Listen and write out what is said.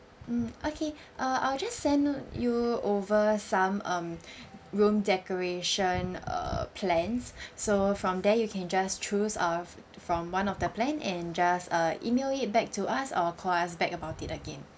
mm okay uh I'll just send you over some um room decoration uh plans so from there you can just choose uh from one of the plan and just uh email it back to us or call us back about it again